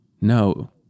no